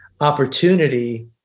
opportunity